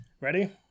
Ready